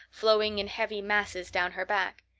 flowing in heavy masses down her back.